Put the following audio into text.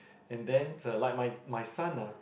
and then like my my son ah